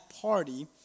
party